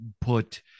put